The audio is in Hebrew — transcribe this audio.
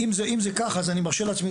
אם זה כך אז אני מרשה לעצמי,